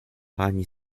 ani